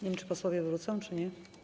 Nie wiem, czy posłowie wrócą, czy nie.